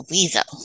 Weasel